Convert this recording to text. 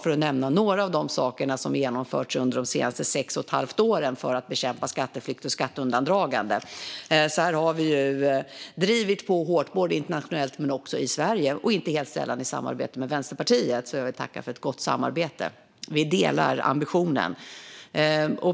Detta är några av de saker som har genomförts under de senaste sex och ett halvt åren för att bekämpa skatteflykt och skatteundandragande. Vi har alltså drivit på hårt både internationellt och i Sverige - och inte helt sällan i samarbete med Vänsterpartiet, så jag vill tacka för ett gott samarbete. Vi delar den här ambitionen.